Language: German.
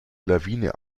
lawine